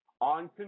on